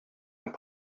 and